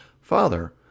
Father